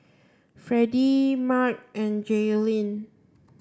Fredie Marc and Jailyn